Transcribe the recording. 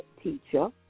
teacher